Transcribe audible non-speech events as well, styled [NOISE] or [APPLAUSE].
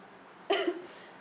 [COUGHS]